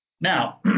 Now